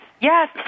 yes